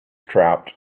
trapped